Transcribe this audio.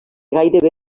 gairebé